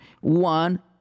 One